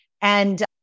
And-